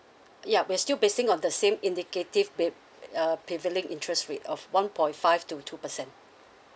ya we're still basing on the same indicative be~ uh prevailing interest rate of one point five to two percent